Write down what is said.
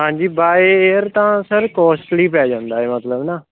ਹਾਂਜੀ by air ਤਾਂ sir costly ਪੈ ਜਾਂਦਾ ਮਤਲਬ ਨਾ